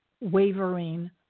wavering